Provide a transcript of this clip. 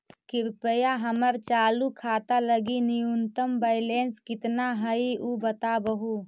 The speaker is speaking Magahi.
कृपया हमर चालू खाता लगी न्यूनतम बैलेंस कितना हई ऊ बतावहुं